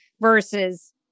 versus